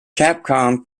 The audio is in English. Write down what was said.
capcom